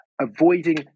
avoiding